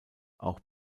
auch